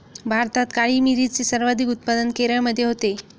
भारतात काळी मिरीचे सर्वाधिक उत्पादन केरळमध्ये होते